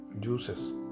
juices